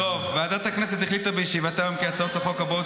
ועדת הכנסת החליטה בישיבתה היום כי הצעות החוק הבאות